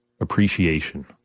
appreciation